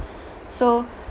so